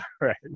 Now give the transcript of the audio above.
right